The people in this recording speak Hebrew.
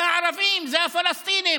זה הערבים, זה הפלסטינים.